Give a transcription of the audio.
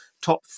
top